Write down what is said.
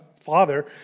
father